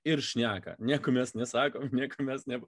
ir šneka nieko mes nesakom nieko mes ne